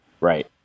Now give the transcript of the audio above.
Right